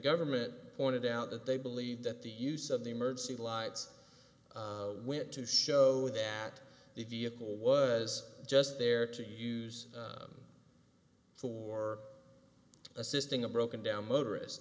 government pointed out that they believe that the use of the emergency lights went to show that the vehicle was just there to use for assisting a broken down motorist